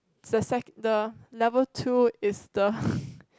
so sec~ the level two is the